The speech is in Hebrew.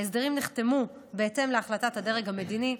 ההסדרים נחתמו בהתאם להחלטת הדרג המדיני,